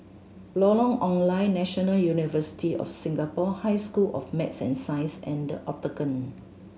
Lorong Ong Lye National University of Singapore High School of Math and Science and The Octagon